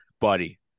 buddy